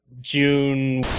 June